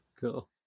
Cool